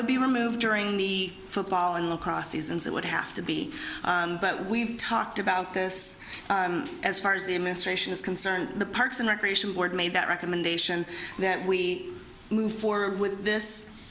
would be removed during the football and lacrosse season that would have to be but we've talked about this as far as the administration is concerned the parks and recreation board made that recommendation that we move forward with this